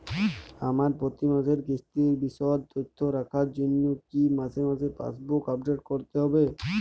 আমার প্রতি মাসের কিস্তির বিশদ তথ্য রাখার জন্য কি মাসে মাসে পাসবুক আপডেট করতে হবে?